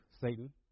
Satan